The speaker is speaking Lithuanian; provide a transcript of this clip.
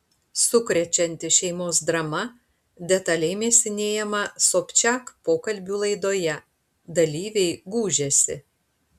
sukrečianti šeimos drama detaliai mėsinėjama sobčiak pokalbių laidoje dalyviai gūžiasi